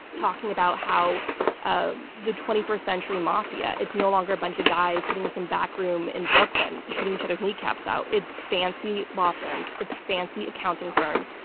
talking about how um the twenty first century mafia is no longer a bunch of guys sitting in some backroom in brooklyn shooting each other's kneecaps out. it's fancy law firms, it's fancy accounting firms,